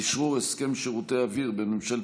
אשרור הסכם שירותי אוויר בין ממשלת